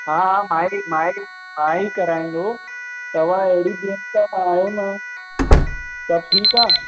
हा हा मां ई मां ई मां ई कराईंदो तव्हां एॾी ॾींहंनि खा करायो न आहियो न सभु ठीकु आहे